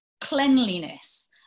cleanliness